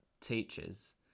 teachers